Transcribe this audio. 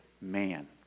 man